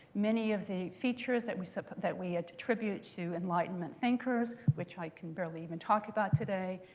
many of the features that we so that we attribute to enlightenment thinkers, which i can barely even talk about today,